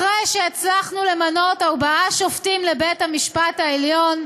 אחרי שהצלחנו למנות ארבעה שופטים לבית-המשפט העליון,